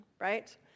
right